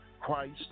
Christ